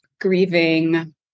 grieving